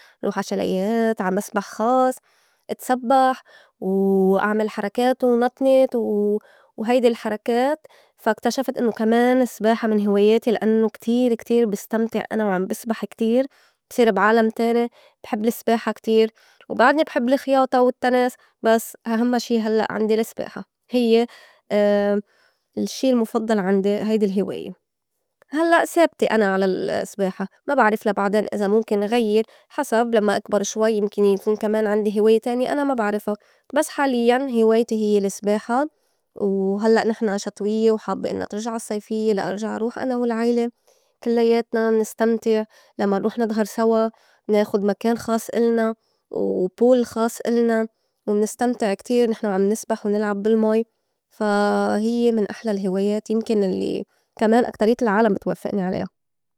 نروح عاشاليات، عا مسبح خاص إتسبّح وأعمل حركات ونطنط وهيدي الحركات فا اكتشفت إنّو كمان السباحة من هوايتي لأنّو كتير كتير بستمتع أنا وعم بسبح كتير. بصير بعالم تاني بحب السباحة كتير، وبعدني بحب الخياطة والتّنس بس أهمّا شي هلّأ عندي السباحة هيّ الشّي المفضّل عندي هيدي الهواية هلّأ سابتة أنا على السباحة ما بعرف لا بعدين إذا مُمكن غيّر حسب لمّا اكبر شوي يمكن يكون كمان عندي هواية تانية أنا ما بعرفا بس حاليّاً هوايتي هيّ السباحة وهلّئ نحن شتويّة وحابّة إنّا ترجع الصيفيّة لا أرجع روح أنا والعيلة كلّايتنا نستمتع لمّا نروح نضهر سوا ناخُد مكان خاص إلنا و pool خاص إلنا ونستمتع كتير نحن وعم نسبح ونلعب بالمي فا هيّ من أحلى الهوايات يمكن الّي كمان أكتريّة العالم بتوافئني عليا.